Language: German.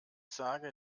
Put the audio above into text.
sage